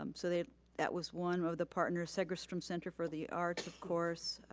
um so they that was one of the partners. segerstrom center for the arts, of course,